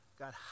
God